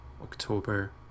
October